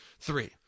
three